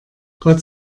gott